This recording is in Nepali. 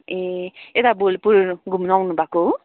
ए यता भोलपुर घुम्नु आउनुभएको हो